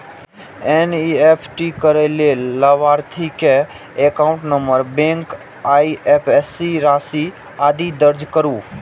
NEFT करै लेल लाभार्थी के एकाउंट नंबर, बैंक, आईएपएससी, राशि, आदि दर्ज करू